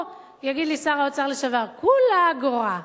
פה, יגיד לי שר האוצר לשעבר: כולה אגורה,